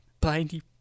Blindy